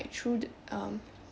like through um